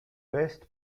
best